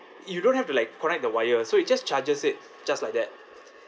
you don't have to like connect the wire so it just charges it just like that